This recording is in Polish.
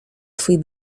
twój